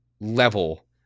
level